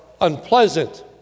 unpleasant